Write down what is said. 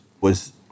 was-